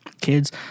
kids